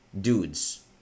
dudes